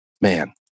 man